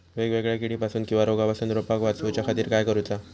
वेगवेगल्या किडीपासून किवा रोगापासून रोपाक वाचउच्या खातीर काय करूचा?